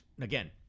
again